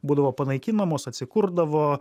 būdavo panaikinamos atsikurdavo